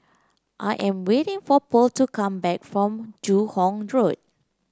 I am waiting for Pearl to come back from Joo Hong Road